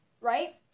Right